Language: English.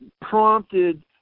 prompted